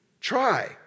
Try